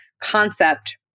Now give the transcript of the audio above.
concept